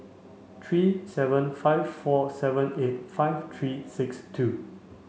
three seven five four seven eight five three six two